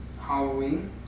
Halloween